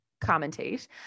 commentate